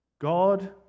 God